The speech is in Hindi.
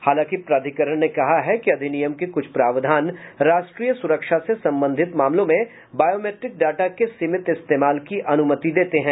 हालांकि प्राधिकरण ने कहा है कि अधिनियम के कुछ प्रावधान राष्ट्रीय सुरक्षा से संबंधित मामलों में बायोमेट्रिक्स डाटा के सीमित इस्तेमाल की अनूमति देते हैं